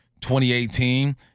2018